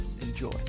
Enjoy